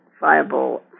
viable